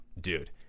dude